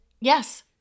yes